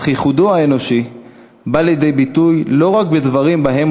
אך ייחודו האנושי בא לידי ביטוי לא רק בדברים שבהם